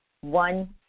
one